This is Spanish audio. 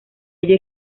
ello